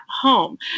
home